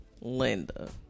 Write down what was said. linda